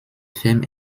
fermes